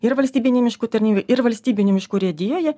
ir valstybinėj miškų tarnybai ir valstybinėj miškų urėdijoje